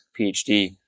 PhD